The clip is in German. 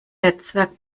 netzwerk